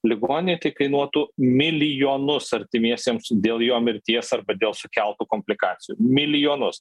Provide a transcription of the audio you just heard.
ligoninei tai kainuotų milijonus artimiesiems dėl jo mirties arba dėl sukeltų komplikacijų milijonus